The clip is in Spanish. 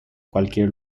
cualquier